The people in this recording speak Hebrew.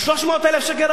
300,000 שקל,